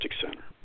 center